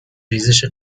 ریزش